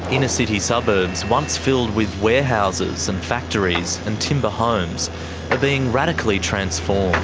inner-city suburbs once filled with warehouses, and factories, and timber homes are being radically transformed.